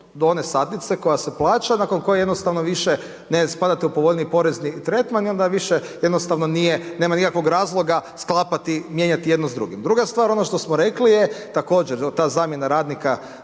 do one stanice koja se plaća nakon koje jednostavno više ne spadate u povoljniji porezni tretman i onda više jednostavno nema nikakvog razloga, sklapati, mijenjati jedno s drugim. Druga stvar ono što smo rekli je, također ta zamjena radnika